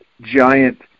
Giant